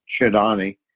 Shidani